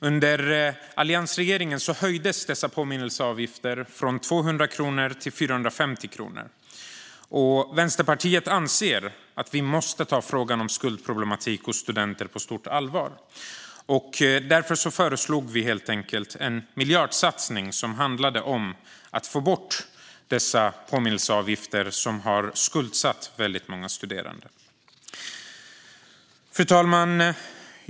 Under alliansregeringen höjdes påminnelseavgiften från 200 kronor till 450 kronor. Vänsterpartiet anser att vi måste ta frågan om skuldproblematik hos studenter på stort allvar. Därför föreslog vi helt enkelt en miljardsatsning som handlade om att få bort dessa påminnelseavgifter som har skuldsatt väldigt många studerande. Fru talman!